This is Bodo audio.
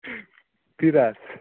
बिराज